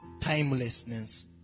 timelessness